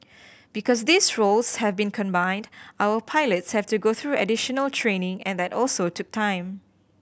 because these roles have been combined our pilots have to go through additional training and that also took time